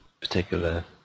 particular